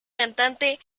cantante